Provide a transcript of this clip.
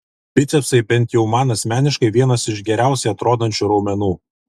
bicepsai bent jau man asmeniškai vienas iš geriausiai atrodančių raumenų